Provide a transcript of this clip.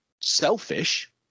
Selfish